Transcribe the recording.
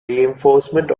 reinforcement